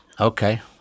Okay